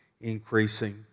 increasing